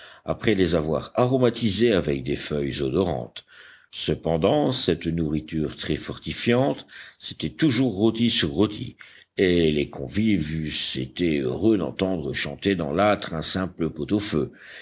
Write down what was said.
après les avoir aromatisés avec des feuilles odorantes cependant cette nourriture très fortifiante c'était toujours rôtis sur rôtis et les convives eussent été heureux d'entendre chanter dans l'âtre un simple pot-au-feu